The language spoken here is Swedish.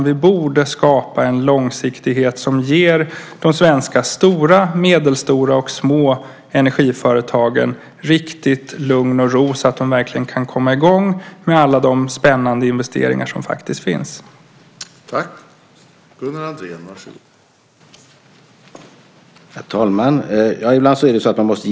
Vi borde skapa en långsiktighet som ger de svenska stora, medelstora och små energiföretagen riktigt lugn och ro så att de verkligen kan komma i gång med alla de spännande investeringar som faktiskt finns att göra.